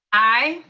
aye.